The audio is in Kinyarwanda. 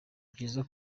byiza